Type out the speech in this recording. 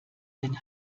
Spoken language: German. den